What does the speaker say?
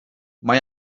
mae